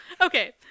okay